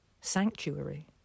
sanctuary